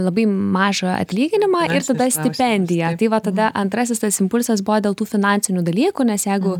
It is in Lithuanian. labai mažą atlyginimą ir tada stipendiją tai va tada antrasis tas impulsas buvo dėl tų finansinių dalykų nes jeigu